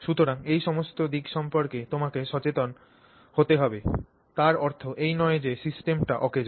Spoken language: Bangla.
সুতরাং এই সমস্ত দিক সম্পর্কে তোমাকে সচেতন হতে হবে তার অর্থ এই নয় যে সিস্টেমটি অকেজো